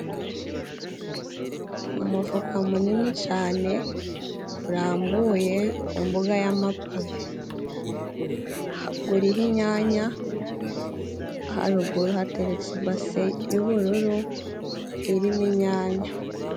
Umufuka munini cane gurambuye ku mbuga y'amapave. Guriho inyanya, haruguru hateretse ibase y'ubururu irimo inyanya.